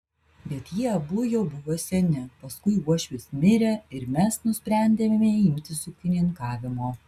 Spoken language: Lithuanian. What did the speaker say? bet jie abu jau buvo seni paskui uošvis mirė ir mes nusprendėme imtis ūkininkavimo